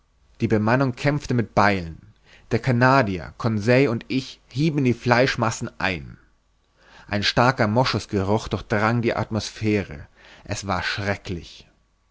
die bemannung kämpfte mit beilen der canadier conseil und ich hieben in die fleischmassen ein ein starker moschusgeruch durchdrang die atmosphäre es war erschrecklich